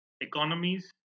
economies